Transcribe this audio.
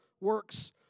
works